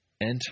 Enter